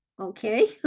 Okay